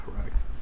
Correct